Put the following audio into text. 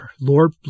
Lord